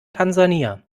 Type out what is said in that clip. tansania